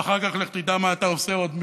ואחר כך לך תדע מה אתה עושה עוד,